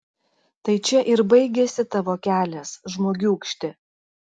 tai čia ir baigiasi tavo kelias žmogiūkšti